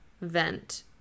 vent